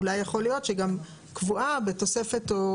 אולי יכול להיות שגם קבועה בתוספת או